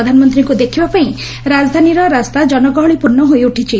ପ୍ରଧାନମନ୍ତୀଙ୍କୁ ଦେଖିବା ପାଇଁ ରାଜଧାନୀର ରାସ୍ତା ଜନଗହଳିପୂର୍ଶ୍ୱ ହୋଇଉଠିଛି